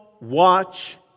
watch